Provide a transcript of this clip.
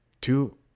Two